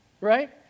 Right